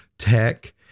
Tech